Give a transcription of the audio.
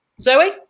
Zoe